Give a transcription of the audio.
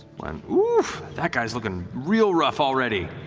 um oof! that guy's looking real rough already.